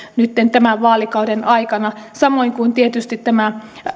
nyt tämän vaalikauden aikana samoin kuin tietysti tämä